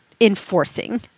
enforcing